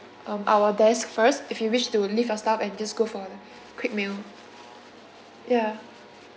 um our desk first if you wished to leave your stuff and just go for quick meal ya